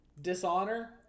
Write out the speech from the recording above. dishonor